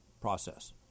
process